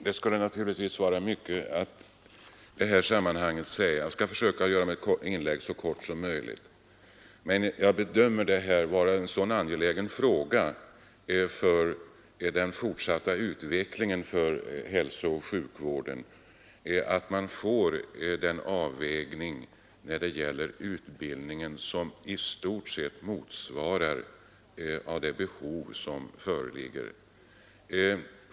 Herr talman! Det skulle vara mycket att säga i detta sammanhang, men jag skall försöka göra mitt inlägg så kort som möjligt. Jag bedömer det vara en synnerligen angelägen fråga för den fortsatta utvecklingen av hälsooch sjukvården att man får en sådan avvägning av utbildningen att den i stort sett svarar mot det behov som föreligger.